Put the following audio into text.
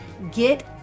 get